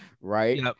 Right